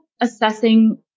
assessing